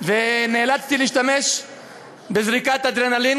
ונאלצתי להשתמש בזריקת אדרנלין.